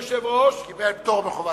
קיבל פטור מחובת הנחה.